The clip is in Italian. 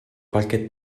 qualche